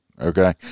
okay